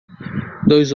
dois